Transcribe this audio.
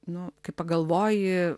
nu kai pagalvoji